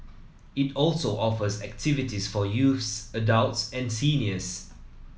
it also offers activities for youths adults and seniors